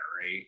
right